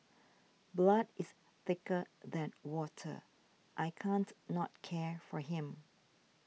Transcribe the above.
blood is thicker than water I can't not care for him